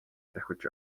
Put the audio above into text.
давхиж